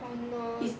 oh no